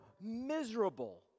miserable